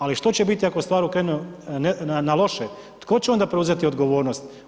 Ali što će biti ako stvari krenu na loše, tko će onda preuzeti odgovornost?